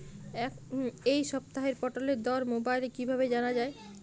এই সপ্তাহের পটলের দর মোবাইলে কিভাবে জানা যায়?